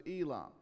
Elam